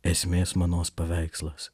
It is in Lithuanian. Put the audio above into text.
esmės manos paveikslas